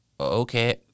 Okay